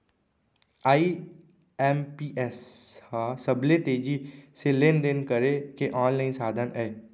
IMPS ह सबले तेजी से लेन देन करे के आनलाइन साधन अय